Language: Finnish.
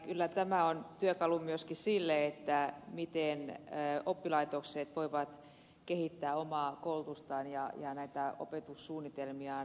kyllä tämä on työkalu myöskin siinä miten oppilaitokset voivat kehittää omaa koulutustaan ja opetussuunnitelmiaan